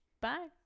Bye